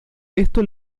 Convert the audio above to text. esto